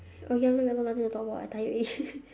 okay ya ya nothing to talk about I tired already